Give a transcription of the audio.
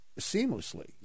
seamlessly